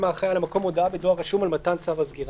האחראי על המקום הודעה בדואר רשום על מתן צו הסגירה.